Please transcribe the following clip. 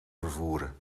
vervoeren